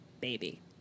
Baby